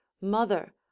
Mother